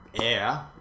air